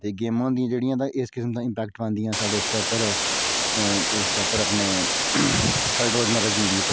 एह् गेमा होंदियां जेहडियां ते इस किस्म दी इमपेक्ट पांदियां साढ़े उसदे उपर अपने साढ़ी रोजमर्रा दी जिंदगी उप्पर